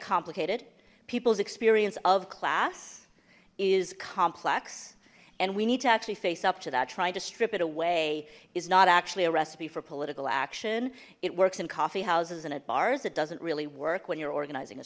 complicated people's experience of class is complex and we need to actually face up to that trying to strip it away is not actually a recipe for political action it works in coffee houses and at bars it doesn't really work when you're organizing a